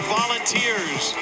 volunteers